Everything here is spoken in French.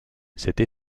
cette